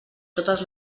totes